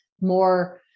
more